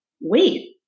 Wait